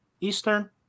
eastern